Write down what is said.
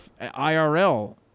IRL